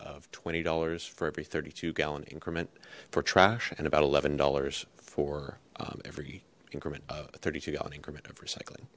of twenty dollars for every thirty two gallon increment for trash and about eleven dollars for every increment a thirty two gallon increment of recycling